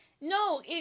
No